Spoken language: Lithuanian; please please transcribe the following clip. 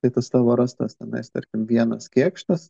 tai tas tavo rastas tenais tarkim vienas kėkštas